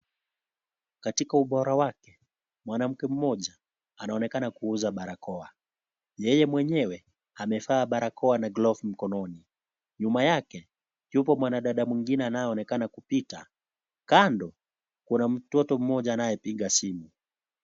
Katika ubora wake, mwanamke mmoja anaonekana kuuza barakoa. Yeye mwenyewe amevaa glovu na barakoa mkononi. Nyuma yake, yuko mwanamke mwingine anayeonekana kupita kando, na kuna mtoto mmoja anayepiga simu.